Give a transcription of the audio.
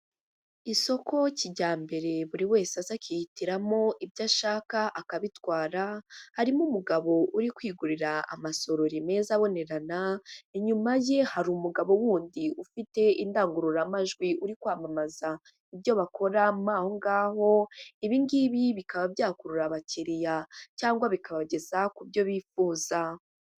Isoko kijyambere buri wese aza akihitiramo ibyo ashaka akabitwara, harimo umugabo uri kwigurira amasorori meza abonerana, inyuma ye hari umugabo wundi ufite indangururamajwi uri kwamamaza ibyo bakoramo aho ngaho, ibingibi bikaba byakurura abakiriya cyangwa bikabageza ku byo bifuza.